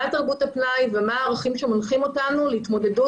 מה תרבות הפנאי ומה הערכים שמנחים אותנו להתמודדות